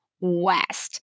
West